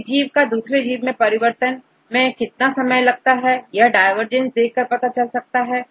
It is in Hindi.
एक जीव से दूसरे जीवमैं परिवर्तन मैं कितना समय लगा यह डायवर्जेंस देख कर पता चल सकता है